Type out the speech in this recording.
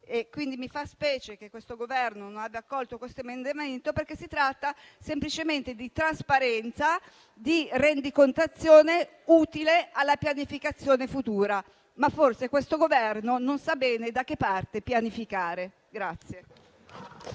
Mi fa specie che questo Governo non abbia accolto questo ordine del giorno, perché si tratta semplicemente di trasparenza, di rendicontazione utile alla pianificazione futura. Ma forse questo Governo non sa bene da che parte pianificare.